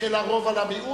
של הרוב על המיעוט,